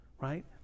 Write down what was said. Right